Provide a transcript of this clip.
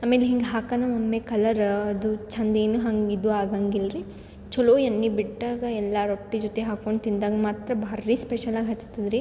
ಆಮ್ಯಾಲೆ ಹಿಂಗೆ ಹಾಕನ ಒಮ್ಮೆ ಕಲರ ಅದು ಛಂದ ಏನು ಹಂಗೆ ಇದು ಆಗಂಗಿಲ್ಲರೀ ಛಲೋ ಎಣ್ಣಿ ಬಿಟ್ಟಾಗ ಎಲ್ಲ ರೊಟ್ಟಿ ಜೊತೆ ಹಾಕೊಂಡು ತಿಂದಾಗ ಮಾತ್ರ ಭಾರಿ ಸ್ಪೆಷಲಾಗಿ ಹತ್ತತದ್ರಿ